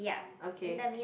okay